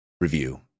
review